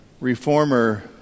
reformer